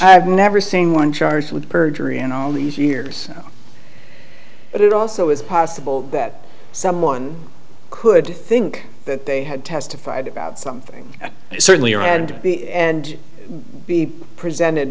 had never seen one charged with perjury in all these years but it also is possible that someone could think that they had testified about something certainly or and and be presented